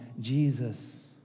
Jesus